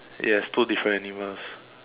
yes two different animals